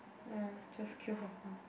ya just kill for fun